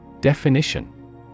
Definition